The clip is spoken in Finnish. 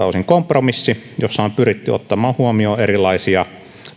osin kompromissi jossa on pyritty ottamaan huomioon erilaisia